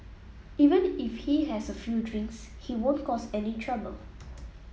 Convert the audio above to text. even if he has a few drinks he won't cause any trouble